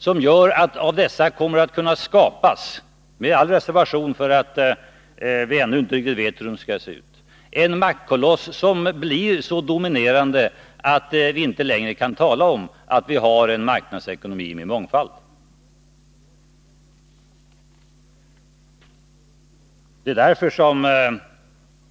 Av dessa fonder kommer att kunna skapas, med all reservation för att vi ännu inte riktigt vet hur de skall se ut, en maktkoloss som blir så dominerande att vi inte längre kan tala om att vi har en marknadsekonomi med mångfald.